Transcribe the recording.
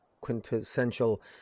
quintessential